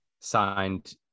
signed